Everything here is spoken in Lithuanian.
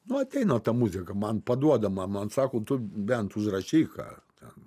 nu ateina ta muzika man paduodama man sako tu bent užrašyk ką ten